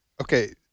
Okay